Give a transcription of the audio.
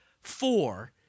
four